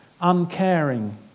uncaring